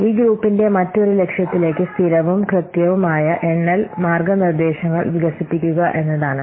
ഈ ഗ്രൂപ്പിന്റെ മറ്റൊരു ലക്ഷ്യത്തിലേക്ക് സ്ഥിരവും കൃത്യവുമായ എണ്ണൽ മാർഗ്ഗനിർദ്ദേശങ്ങൾ വികസിപ്പിക്കുക എന്നതാണ്